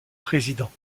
président